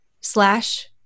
slash